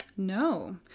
No